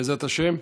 בעזרת השם,